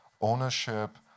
ownership